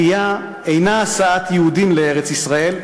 עלייה אינה הסעת יהודים לארץ ישראל,